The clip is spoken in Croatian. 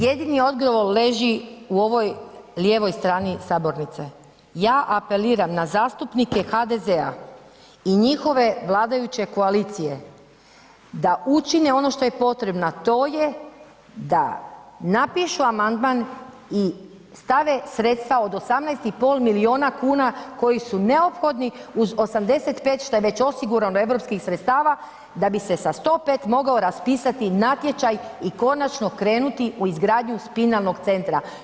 Jedini odgovor leži u ovoj lijevoj strani sabornice, ja apeliram na zastupnike HDZ-a i njihove vladajuće koalicije da učine ono što je potrebno, a to je da napišu amandman i stave sredstva od 18,5 miliona kuna koji su neophodni uz 85 što je već osigurano europskih sredstava da bi se sa 105 mogao raspisati natječaj i konačno krenuti u izgradnju spinalnog centra.